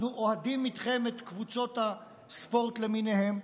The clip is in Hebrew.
אנחנו אוהדים איתכם את קבוצות הספורט למיניהן,